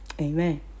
Amen